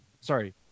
sorry